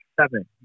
seven